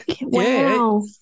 wow